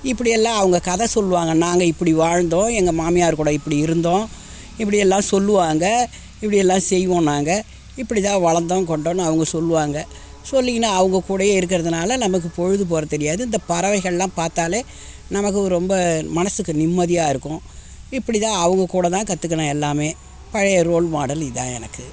இப்படி எல்லாம் அவங்க கதை சொல்வாங்க நாங்கள் இப்படி வாழ்ந்தோம் எங்கள் மாமியார் கூட இப்படி இருந்தோம் இப்படி எல்லாம் சொல்வாங்க இப்படி எல்லாம் செய்வோம் நாங்கள் இப்படி தான் வளர்ந்தோம் கொண்டோம்ன்னு அவங்க சொல்வாங்க சொல்லிக்கின்னு அவங்க கூடயே இருக்கிறதுனால நமக்கு பொழுது போகிறது தெரியாது இந்த பறவைகள்லாம் பார்த்தாலே நமக்கு ரொம்ப மனசுக்கு நிம்மதியா இருக்கும் இப்படி தான் அவங்க கூட தான் கத்துக்கினே எல்லாமே பழைய ரோல் மாடல் இதான் எனக்கு